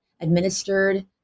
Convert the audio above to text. administered